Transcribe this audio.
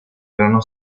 erano